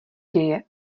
děje